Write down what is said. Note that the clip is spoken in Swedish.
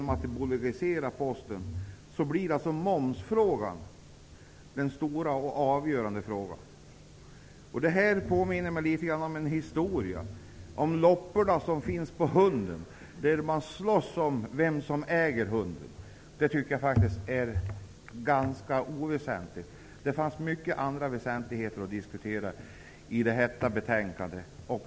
För mig syns det litet konstigt att momsfrågan blir den stora och avgörande frågan. Det här påminner mig litet om en historia om lopporna på hunden. Man slåss om vem som äger hunden, vilket jag tycker är ganska oväsentligt. Det fanns många andra väsentligheter att diskutera i detta betänkande.